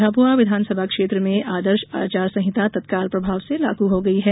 झाबुआ विधानसभा क्षेत्र में आदर्श आचार संहिता तत्काल प्रभाव से लागू हो गई है